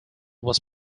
was